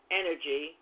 energy